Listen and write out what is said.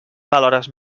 valores